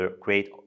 create